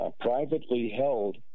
privately-held